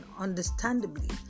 understandably